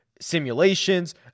simulations